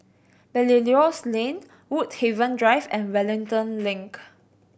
Belilios Lane Woodhaven Drive and Wellington Link